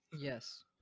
yes